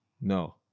No